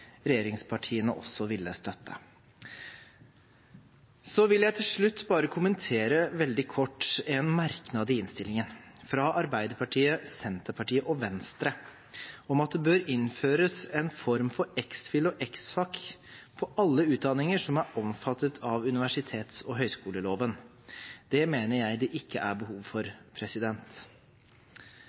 regjeringspartiene også ville støtte. Til slutt vil jeg bare veldig kort kommentere en merknad i innstillingen fra Arbeiderpartiet, Senterpartiet og Venstre om at det bør innføres en form for ex.phil. og ex.fac. på alle utdanninger som er omfattet av universitets- og høyskoleloven. Det mener jeg det ikke er behov for.